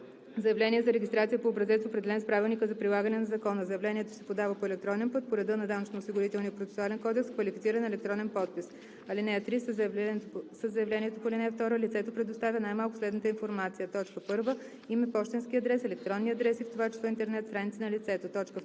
заявление за регистрация по образец, определен с правилника за прилагане на закона. Заявлението се подава по електронен път по реда на Данъчно-осигурителния процесуален кодекс с квалифициран електронен подпис. (3) Със заявлението по ал. 2 лицето предоставя най-малко следната информация: 1. име, пощенски адрес, електронни адреси, в т.ч. интернет страници на лицето; 2.